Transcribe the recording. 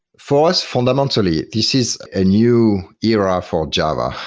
for us, fundamentally. this is a new era for java.